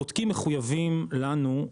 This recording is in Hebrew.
הבודקים מחויבים לנו,